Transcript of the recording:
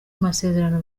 masezerano